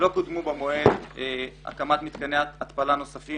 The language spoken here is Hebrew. לא קודמו במועד הקמת מתקני התפלה נוספים